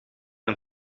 een